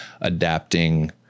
adapting